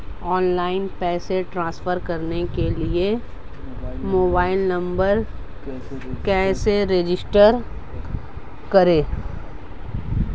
Online पैसे transfer करने के लिए मोबाइल नंबर कैसे रजिस्टर करें?